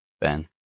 Ben